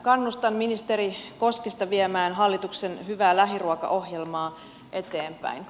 kannustan ministeri koskista viemään hallituksen hyvää lähiruokaohjelmaa eteenpäin